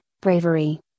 bravery